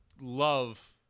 love